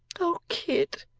oh, kit,